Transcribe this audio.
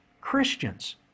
Christians